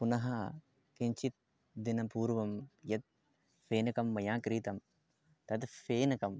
पुनः किञ्चित् दिनपूर्वं यत् फेनकं मया क्रीतं तद् फेनकं